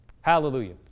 Hallelujah